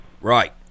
Right